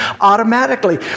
automatically